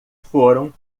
foram